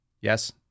Yes